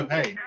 Hey